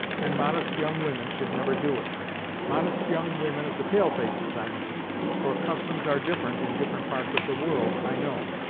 and modest young women should never do it modest young women of the pale-faces, i mean for customs are different in different parts of the world, i know.